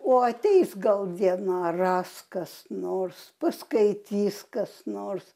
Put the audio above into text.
o ateis gal viena ras kas nors paskaitys kas nors